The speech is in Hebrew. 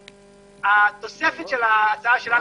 התוספת של ההצעה שלנו,